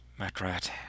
Matrat